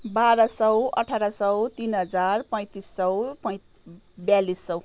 बाह्र सौ अठार सौ तिन हजार पैँतिस सौ पै बयालिस सौ